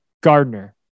Gardner